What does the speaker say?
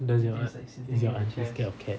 does your aunt is your aunt scared of cats